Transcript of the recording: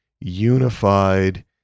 unified